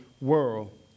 world